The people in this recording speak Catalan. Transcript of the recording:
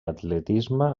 atletisme